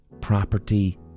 property